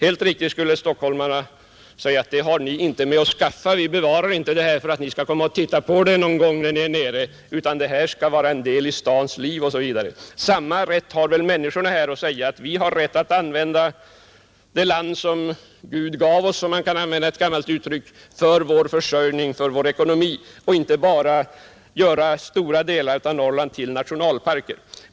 Helt riktigt skulle stockholmarna säga: Det har ni inte med att skaffa — vi bevarar inte detta för att ni skall komma och titta på det någon gång; det här skall vara en del av stadens liv, osv. Samma fog har människorna i Norrland att säga: Vi har rätt att utnyttja det land som Gud gav oss — för att använda ett gammalt uttryck — för vår försörjning, vår ekonomi, och kan inte bara göra stora delar av Norrland till nationalpark.